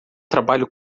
trabalho